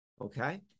Okay